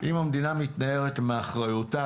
אם המדינה מתנערת מאחריותה,